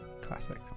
classic